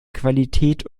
qualität